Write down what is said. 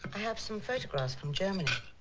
have some photographs from germany